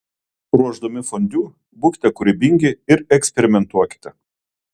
ruošdami fondiu būkite kūrybingi ir eksperimentuokite